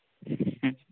ᱦᱩᱸ